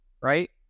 right